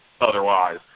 otherwise